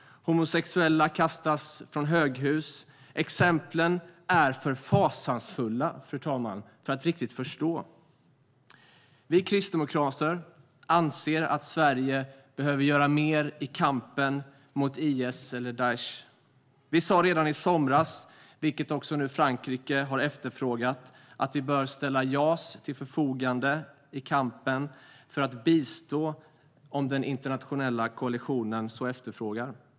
Homosexuella kastas från höghus. Exemplen är för fasansfulla, fru talman, för att riktigt förstå. Vi kristdemokrater anser att Sverige behöver göra mer i kampen mot IS, eller Daish. Vi sa redan i somras, vilket nu också Frankrike efterfrågat, att vi bör ställa JAS till förfogande för att bistå i kampen, om den internationella koalitionen så efterfrågar.